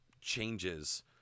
changes